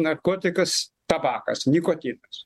narkotikas tabakas nikotinas